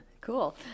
Cool